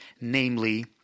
Namely